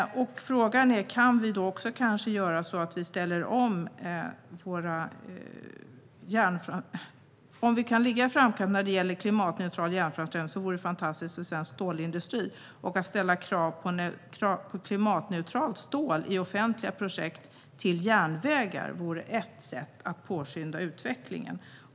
Om vi kan ligga i framkant när det gäller klimatneutral järnframställning vore det fantastiskt för svensk stålindustri. Att ställa krav på klimatneutralt stål i offentliga projekt som gäller järnvägar vore ett sätt att påskynda utvecklingen.